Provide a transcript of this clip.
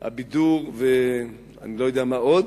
הבידור ואני לא יודע מה עוד,